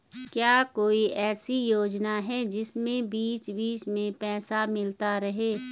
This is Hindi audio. क्या कोई ऐसी योजना है जिसमें बीच बीच में पैसा मिलता रहे?